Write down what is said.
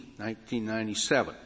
1997